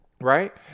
right